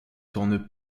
tourne